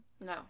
No